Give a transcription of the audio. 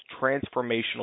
transformational